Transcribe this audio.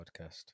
podcast